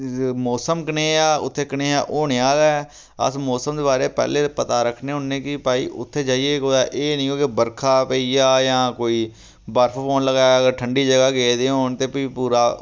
मौसम कनेहा उत्थै कनेहा होने आहला ऐ अस मौसम दे बारै पैह्लें गै पता रक्खने होन्ने कि भाई उत्थे जाइयै कुतै एह् नी होऐ कि बरखा पेई जा जां कोई बर्फ पौन लगै अगर ठंडी जगह् गेदे होन ते फ्ही पूरा